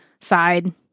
side